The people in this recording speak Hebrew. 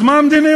אז מה המדיניות?